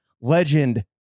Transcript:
Legend